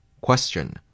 Question